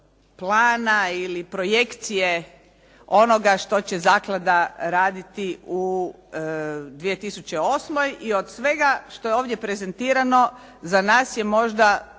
plana ili projekcije onoga što će zaklada raditi u 2008. i od svega što je ovdje prezentirano za nas je možda